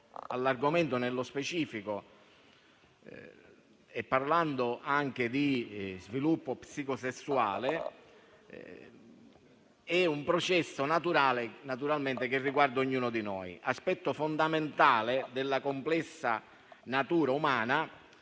all'argomento nello specifico e parlando anche di sviluppo psicosessuale, si tratta di un processo naturale, che riguarda ognuno di noi, e di un aspetto fondamentale della complessa natura umana,